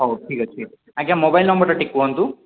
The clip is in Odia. ହଉ ଠିକ୍ ଅଛି ଆଜ୍ଞା ମୋବାଇଲ୍ ନମ୍ବର୍ଟା ଟିକେ କୁହନ୍ତୁ